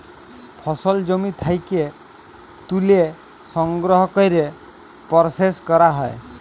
ফসল জমি থ্যাকে ত্যুলে সংগ্রহ ক্যরে পরসেস ক্যরা হ্যয়